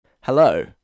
Hello